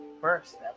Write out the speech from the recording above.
first